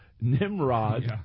Nimrod